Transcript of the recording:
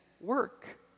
work